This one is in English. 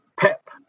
Pep